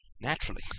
naturally